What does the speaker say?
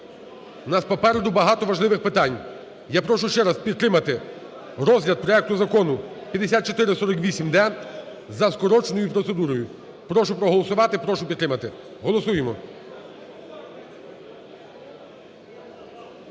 у нас попереду багато важливих питань. Я прошу ще раз підтримати розгляд проекту закону 5448-д за скороченою процедурою. Прошу проголосувати, прошу підтримати, голосуємо.